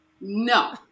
no